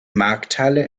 markthalle